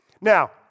Now